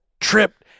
tripped